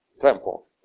temple